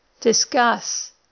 discuss